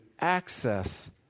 access